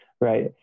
right